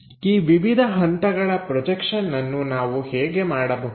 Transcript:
ಈ ವಿವಿಧ ಹಂತಗಳ ಪ್ರೊಜೆಕ್ಷನ್ಅನ್ನು ನಾವು ಹೇಗೆ ಮಾಡಬಹುದು